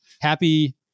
happy